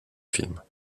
films